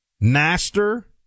master